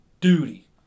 duty